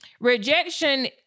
Rejection